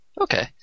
Okay